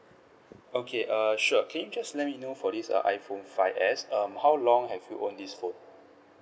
okay err sure can you just let me know for this err iPhone five S um how long have you own this phone